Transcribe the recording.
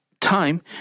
time